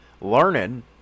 learning